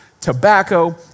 tobacco